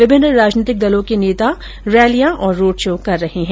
विभिन्न राजनीतिक दलों के नेता रैलियां और रोडशो कर रहे हैं